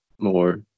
more